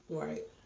right